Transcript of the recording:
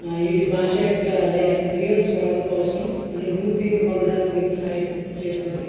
ఇది భాష యొక్క లయ మరియు స్వరం కోసం అనుభూతిని పొందడానికి మీకు సహాయం చేస్తుంది